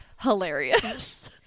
hilarious